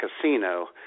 casino